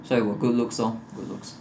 so it were good looks loh good looks